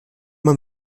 man